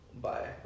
bye